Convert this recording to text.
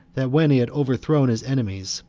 that when he had overthrown his enemies,